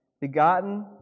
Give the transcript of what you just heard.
begotten